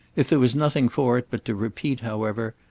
if there was nothing for it but to repeat, however,